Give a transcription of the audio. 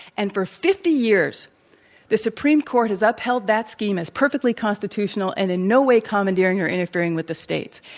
and for fifty years the supreme court has upheld that scheme as perfectly constitutional and in no way commandeering or interfering with the states.